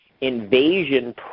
invasion